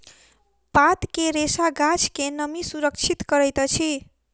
पात के रेशा गाछ के नमी सुरक्षित करैत अछि